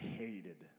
hated